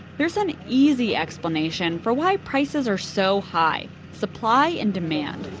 there's an easy explanation for why prices are so high supply and demand.